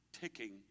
ticking